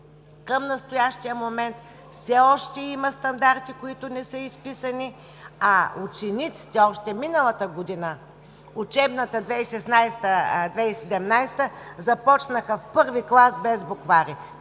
Към настоящия момент все още има стандарти, които не са изписани, а учениците още миналата година, учебната 2016 – 2017 г., започнаха в първи глас без буквари,